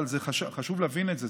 אבל חשוב להבין את זה.